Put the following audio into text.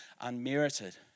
unmerited